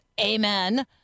amen